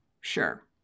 Sure